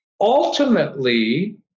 ultimately